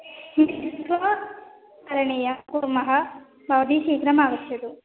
मिलित्वा करणीयः कुर्मः भवती शीघ्रमागच्छतु